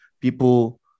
people